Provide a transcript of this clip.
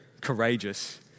courageous